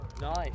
Nice